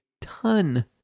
ton